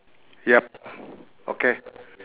yup okay